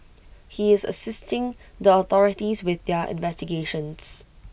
he is assisting the authorities with their investigations